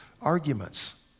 arguments